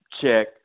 Check